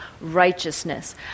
righteousness